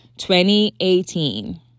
2018